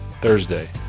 Thursday